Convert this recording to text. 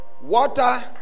water